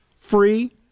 free